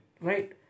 Right